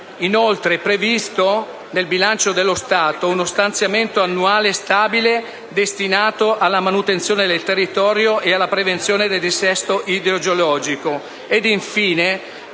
e di prevedere nel bilancio dello Stato uno stanziamento annuale stabile destinato alla manutenzione del territorio e alla prevenzione del dissesto idrogeologico;